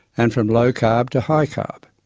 and from low carb to high carb.